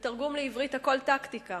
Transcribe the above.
בתרגום לעברית: הכול טקטיקה.